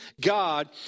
God